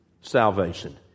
salvation